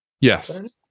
yes